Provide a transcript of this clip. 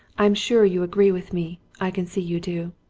i'm sure you agree with me i can see you do.